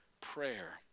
prayer